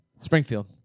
Springfield